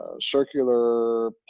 circular